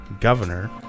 governor